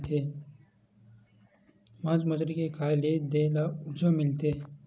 मास मछरी के खाए ले देहे ल उरजा मिलथे